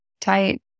tight